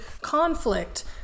conflict